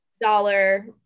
dollar